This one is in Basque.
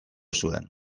zuen